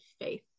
faith